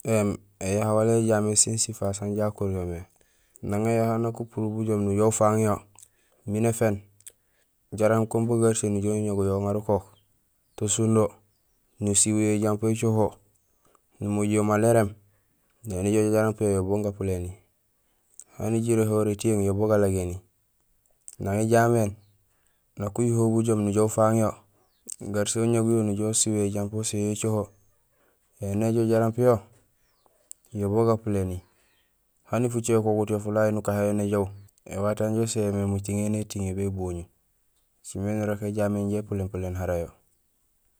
Ēém, éyaha wala éjaméén sin sifaas hanja akuryo mé Nang éyaha nak upurul bujoom nujoow ufaaŋ yo miin éféén jaraam kun bugarsee nujoow uñaguyo uŋaar ukook to sindo, nuséén yo éjampo écoho, numojul yo maal éréém, néni joow jaraam piyo yo bugapuléni, hani jiréhoré tiyééŋ yo bu galagéni. Nang éjaméén, nak ujuhowul bujoom nujoow ufaaŋ yo, garsee uñaguyo nujoow usiiw éjampo uséén yo écoho, éni éjoow jaraam piyo, yo bugapuléni, hani fucé ukogut yo fulahay nukahéén yo néjoow, éwato yanja uséén yo mé muting étiiŋ yo béboñul. Ēcimé nirok éjaméén injé épuléén puléén arayo.